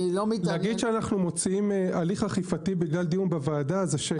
להגיד שאנחנו מוציאים הליך אכיפתי בגלל דיון בוועדה זה שקר.